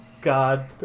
God